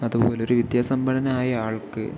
അതുപോലെ ഒരു വിദ്യാസമ്പന്നനായ ആൾക്ക്